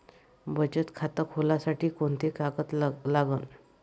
बचत खात खोलासाठी कोंते कागद लागन?